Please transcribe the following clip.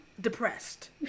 depressed